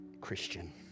Christian